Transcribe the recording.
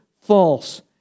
false